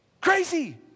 Crazy